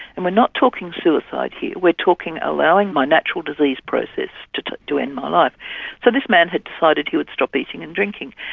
and we're not talking suicide here, we're talking allowing my natural disease process to to end my life. so this man had decided he would stop eating and drinking,